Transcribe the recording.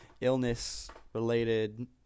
illness-related